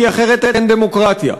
כי אחרת אין דמוקרטיה.